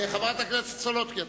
חברת הכנסת סולודקין,